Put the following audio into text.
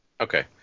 Okay